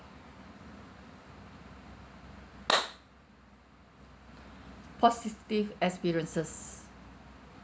positive experiences